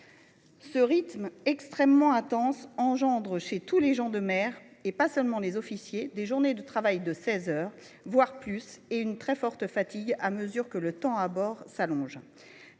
Ce rythme extrêmement intense se traduit chez tous les gens de mer, et pas seulement les officiers, par des journées de travail de seize heures, voire plus, et par une très forte fatigue à mesure que le temps à bord s'allonge.